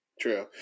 True